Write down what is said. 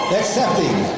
accepting